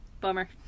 Bummer